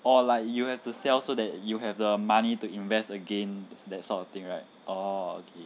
oh like you have to sell so that you have the money to invest again that sort of thing right oh okay